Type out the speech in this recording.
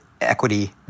equity